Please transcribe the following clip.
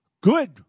Good